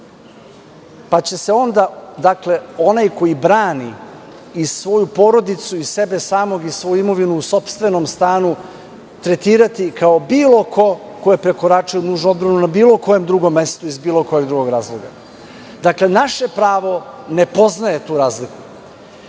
iz fioke, dakle, onaj koji brani i svoju porodicu i sebe samog i svu imovinu u sopstvenom stanu tretirati kao bilo ko ko je prekoračio nužnu odbranu na bilo kojem drugom mestu, iz bilo kojeg drugog razloga. Dakle, naše pravo ne poznaje tu razliku. Tu